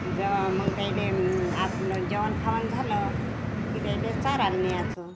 जव मग त्यायले आपलं जेवण खावण झालं की त्यायले चाराला न्यायचं